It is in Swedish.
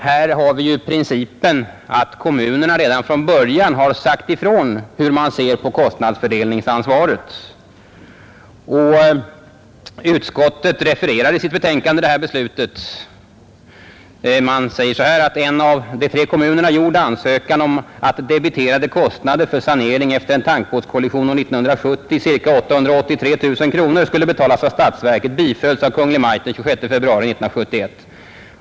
Här har vi ju principen att kommunerna redan från början har sagt ifrån hur man ser på kostnadsfördelningsansvaret, och utskottet refererar i sitt betänkande detta. Man säger så här: ”En av tre kommuner gjord ansökan om att debiterade kostnader för sanering efter en tankbåtskollision år 1970, cirka 883 000 kronor, skulle betalas av statsverket bifölls av Kungl. Maj .t den 26 februari 1971.